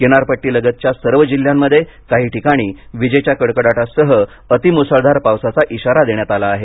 किनारपट्टीलगतच्या सर्व जिल्ह्यांमध्ये काही ठिकाणी वीजेच्या कडकडाटासह अतिमुसळधार पावसाचा इशारा देण्यात आला आहे